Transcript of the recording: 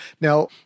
Now